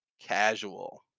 casual